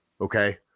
okay